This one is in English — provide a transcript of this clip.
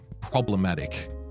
problematic